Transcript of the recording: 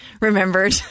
remembered